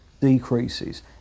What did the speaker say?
decreases